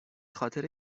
خاطر